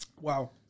Wow